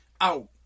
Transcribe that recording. out